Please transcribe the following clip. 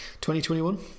2021